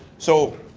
so